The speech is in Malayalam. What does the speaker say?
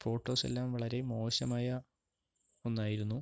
ഫോട്ടോസ് എല്ലാം വളരെ മോശമായ ഒന്നായിരുന്നു